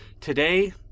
Today